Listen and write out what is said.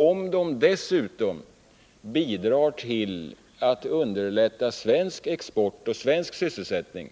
Om de dessutom bidrar till att underlätta svensk export och svensk sysselsättning,